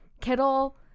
Kittle